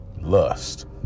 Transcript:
lust